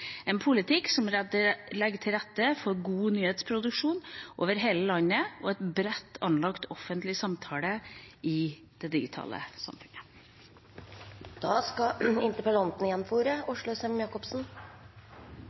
en politikk som legger til rette for god nyhetsproduksjon over hele landet, og en bredt anlagt offentlig samtale i det digitale